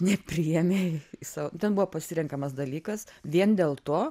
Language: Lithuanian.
nepriėmė į savo ten buvo pasirenkamas dalykas vien dėl to